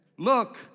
Look